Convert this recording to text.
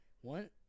one